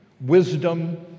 wisdom